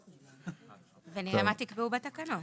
ונראה מה תקבעו בתקנות.